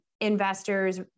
investors